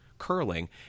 curling